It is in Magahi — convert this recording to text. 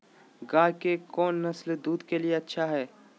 गाय के कौन नसल दूध के लिए अच्छा है?